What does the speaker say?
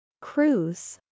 Cruise